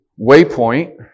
Waypoint